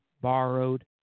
borrowed